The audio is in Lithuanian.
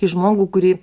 į žmogų kurį